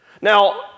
Now